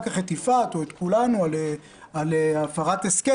כך את יפעת או את כולנו על הפרת הסכם,